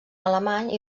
alemany